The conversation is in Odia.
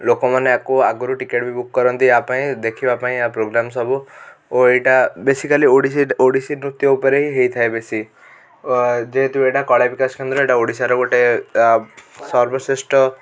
ଲୋକମାନେ ଆକୁ ଆଗରୁ ଟିକେଟ୍ ବି ବୁକ୍ କରନ୍ତି ୟା ପାଇଁ ଦେଖିବା ପାଇଁ ୟା ପ୍ରୋଗ୍ରାମ ସବୁ ଓ ଏଇଟା ବେସିକାଲି ଓଡ଼ିଶୀ ଓଡ଼ିଶୀ ନୃତ୍ୟ ଉପରେ ହିଁ ହେଇଥାଏ ବେଶି ଯେହେତୁ ଏଇଟା କଳା ବିକାଶ କେନ୍ଦ୍ର ଏଇଟା ଓଡ଼ିଶାର ଗୋଟେ ସର୍ବଶ୍ରେଷ୍ଠ